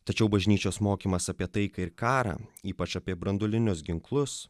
tačiau bažnyčios mokymas apie taiką ir karą ypač apie branduolinius ginklus